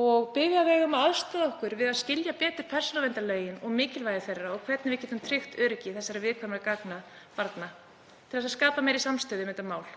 og biðja þau um að aðstoða okkur við að skilja betur persónuverndarlögin og mikilvægi þeirra og hvernig við getum tryggt öryggi þessara viðkvæmu gagna barna til að skapa meiri samstöðu um þetta mál.